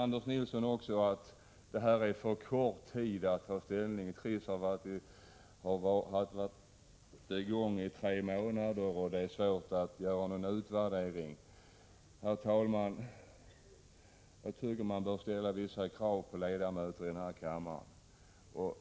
Anders Nilsson säger också att det är för tidigt att ta ställning till Trisspelet, eftersom det bara har varit i gång i tre månader och att det är svårt att göra en utvärdering. Herr talman! Jag tycker att det bör ställas vissa krav på ledamöterna i den här kammaren.